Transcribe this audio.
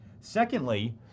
Secondly